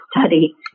study